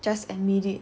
just admit it